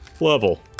level